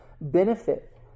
benefit